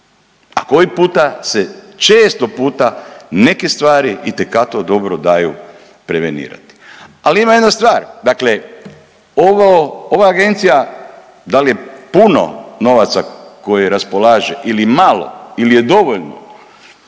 A koji puta se često puta neke stvari itekako dobro daju prevenirati. Ali ima jedna stvar, dakle ova agencija da li je puno novaca koji raspolaže ili je malo ili je dovoljno?